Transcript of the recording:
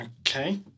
Okay